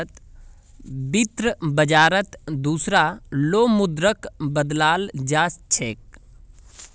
वित्त बाजारत दुसरा लो मुद्राक बदलाल जा छेक